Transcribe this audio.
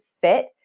fit